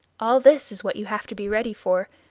all this is what you have to be ready for.